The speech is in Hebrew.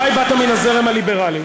אולי באת מן הזרם הליברלי.